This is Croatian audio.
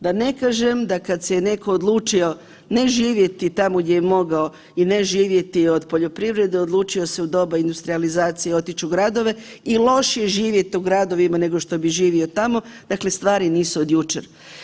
Da ne kažem da kad se je neko odlučio ne živjeti tamo gdje je mogao i ne živjeti od poljoprivrede, odlučio se u doba industrijalizacije otić u gradove i lošije živjet u gradovima nego što bi živio tamo, dakle stvari nisu od jučer.